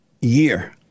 year